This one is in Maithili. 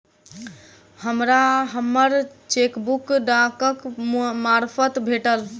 हमरा हम्मर चेकबुक डाकक मार्फत भेटल